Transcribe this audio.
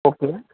okay